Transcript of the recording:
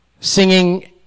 singing